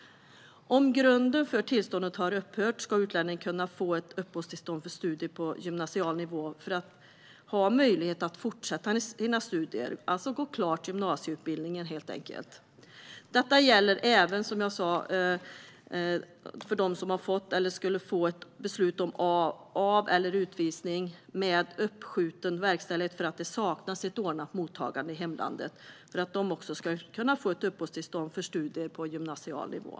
Om grunden för tillståndet har upphört ska utlänningen kunna få ett uppehållstillstånd för studier på gymnasial nivå för att ha möjlighet att fortsätta med sina studier, alltså gå klart gymnasieutbildningen, helt enkelt. Som jag sa ska även den som har fått eller annars skulle ha fått ett beslut om av eller utvisning med uppskjuten verkställighet därför att det saknas ett ordnat mottagande i hemlandet kunna få ett uppehållstillstånd för studier på gymnasial nivå.